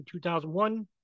2001